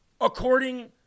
according